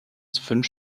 fünf